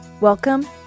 Welcome